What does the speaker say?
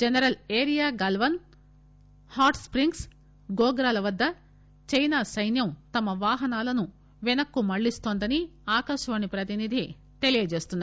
general area Galwan Hot Springs Gogra వద్ద China సైన్యం తమ వాహనాలను వెనక్కు మళ్లిస్తోందని ఆకాశవాణి ప్రతినిధి తెలియజేస్తున్నారు